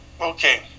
okay